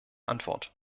antwort